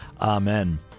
Amen